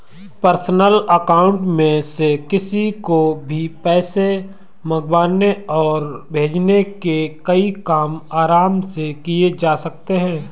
personal account में से किसी को भी पैसे मंगवाने और भेजने के कई काम आराम से किये जा सकते है